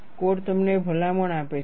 code તમને ભલામણ આપે છે